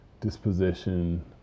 disposition